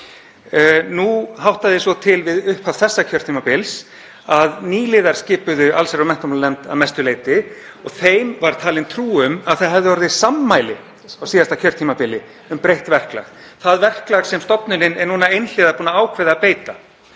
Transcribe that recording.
Nú háttaði svo til við upphaf þessa kjörtímabils að nýliðar skipuðu allsherjar- og menntamálanefnd að mestu leyti. Þeim var talin trú um að orðið hefði sammæli á síðasta kjörtímabili um breytt verklag, það verklag sem stofnunin er núna einhliða búin að ákveða að beita.